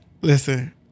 Listen